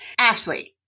Ashley